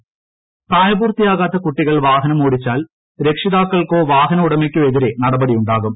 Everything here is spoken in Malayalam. ് പ്രായപൂർത്തിയാകാത്ത കുട്ടികൾ വാഹനം ഓടിച്ചാൽ രക്ഷിതാക്ക്ൾക്കോ വാഹന ഉടമയ്ക്കോ എതിരെ നടപടിയുണ്ടാവും